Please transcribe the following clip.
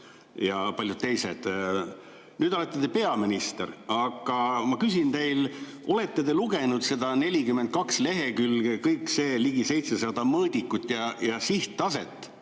ja paljud teised. Nüüd olete te peaminister. Ma küsin teilt: olete te lugenud seda 42 lehekülge, kõiki neid ligi 700 mõõdikut ja sihttaset,